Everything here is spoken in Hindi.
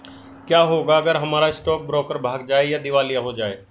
क्या होगा अगर हमारा स्टॉक ब्रोकर भाग जाए या दिवालिया हो जाये?